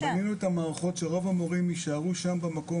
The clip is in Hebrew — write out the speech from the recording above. בנינו את המערכות שרוב המורים יישארו במקום